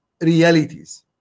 realities